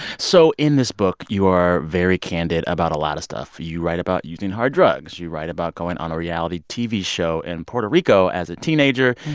so in this book, you are very candid about a lot of stuff. you write about using hard drugs. you write about going on a reality tv show in puerto rico as a teenager.